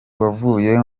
wavuye